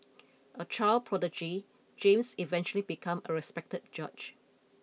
a child prodigy James eventually become a respected judge